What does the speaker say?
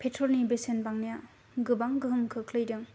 पेट्रलनि बेसेन बांनाया गोबां गोहोम खोख्लैदों